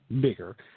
bigger